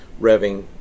revving